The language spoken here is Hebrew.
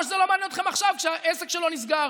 כמו שזה לא מעניין אתכם עכשיו שהעסק שלו נסגר,